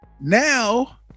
Now